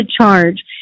charge